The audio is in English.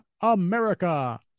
America